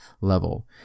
level